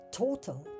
total